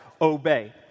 obey